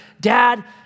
dad